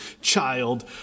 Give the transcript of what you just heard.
child